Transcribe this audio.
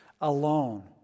alone